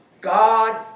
God